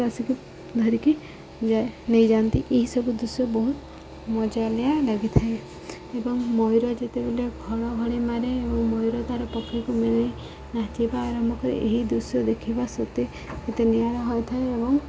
ଆସିକି ଧରିକି ଯାଏ ନେଇଯାଆନ୍ତି ଏହିସବୁ ଦୃଶ୍ୟ ବହୁତ ମଜାଳିଆ ଲାଗିଥାଏ ଏବଂ ମୟୁର ଯେତେବେଳେ ଘଡ଼ ଘଡ଼ି ମାରେ ଏବଂ ମୟୁର ତାର ପକ୍ଷୀକୁ ମିଲେଇ ନାଚିବା ଆରମ୍ଭ କରେ ଏହି ଦୃଶ୍ୟ ଦେଖିବା ସତେ ଏତେ ନିଆରା ହୋଇଥାଏ ଏବଂ